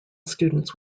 students